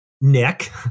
Nick